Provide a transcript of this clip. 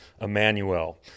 Emmanuel